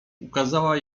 ukazała